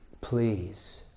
please